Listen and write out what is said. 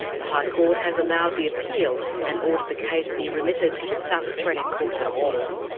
the high court has allowed the appeal and ordered the case be remitted to the south australian court of appeal.